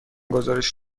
گزارش